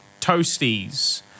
Toasties